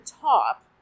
top